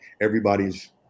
everybody's